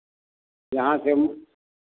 यहाँ से हम